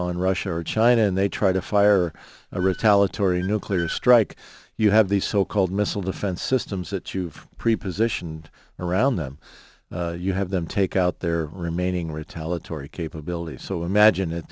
on russia or china and they try to fire a retaliate or a nuclear strike you have these so called missile defense systems that you've prepositioned around them you have them take out their remaining retaliatory capability so imagine it